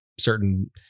certain